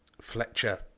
Fletcher